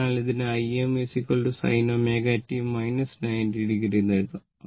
അതിനാൽ ഇതിനെ Im sin ω t 90 o എന്ന് എഴുതാം